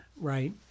right